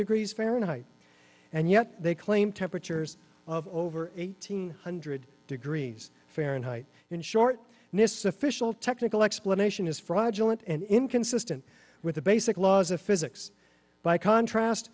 degrees fahrenheit and yet they claim temperatures of over eighteen hundred degrees fahrenheit in short this official technical explanation is fraudulent and inconsistent with the basic laws of physics by contrast